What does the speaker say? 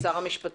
עם שר המשפטים.